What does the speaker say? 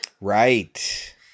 Right